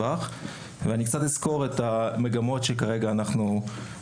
אני קצת אסקור את המגמות שאנחנו כרגע נמצאים